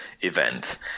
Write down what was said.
event